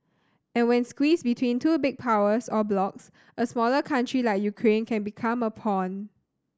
and when squeezed between two big powers or blocs a smaller country like Ukraine can become a pawn